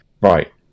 Right